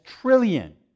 trillion